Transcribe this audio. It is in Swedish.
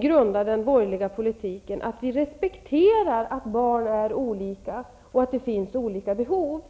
Grunden för den borgerliga politiken är just att vi respekterar att barn är olika och att det finns olika behov,